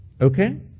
Okay